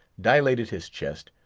dilated his chest,